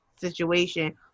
situation